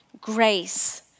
grace